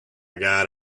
got